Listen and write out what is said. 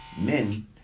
men